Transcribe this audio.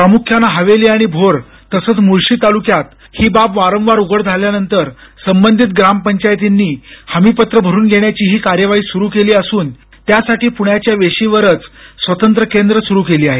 प्रामुख्यानं हवेली आणि भोर तसंच मुळशी तालुक्यात ही बाब वारंवार उघड झाल्यानंतर संबंधित ग्राम पंचायतींनी हमीपत्र भरून घेण्याची कार्यवाही सुरु केली असून त्यासाठी पुण्याच्या वेशीवरच स्वतंत्र केंद्र सुरु केली आहेत